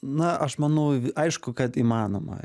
na aš manau aišku kad įmanoma